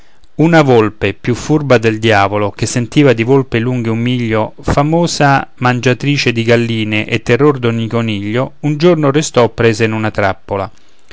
una volpe più furba del diavolo che sentiva di volpe lunge un miglio famosa mangiatrice di galline e terror d'ogni coniglio un giorno restò presa in una trappola